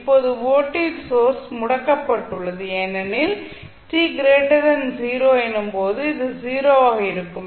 இப்போது voltage source முடக்கப்பட்டுள்ளது ஏனெனில் t 0 எனும் போது இது 0 ஆக இருக்கும்